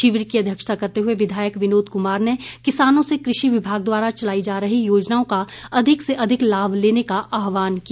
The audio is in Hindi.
शिविर की अध्यक्षता करते हुए विधायक विनोद कुमार ने किसानों से कृषि विभाग द्वारा चलाई जा रही योजनाओं का अधिक से अधिक लाभ लेने का आह्वान किया